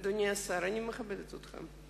אדוני השר, אני מכבדת אותך,